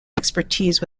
expertise